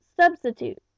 substitute